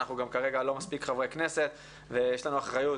כרגע אנחנו גם לא מספיק חברי כנסת, ויש לנו אחריות